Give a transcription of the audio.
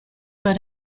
but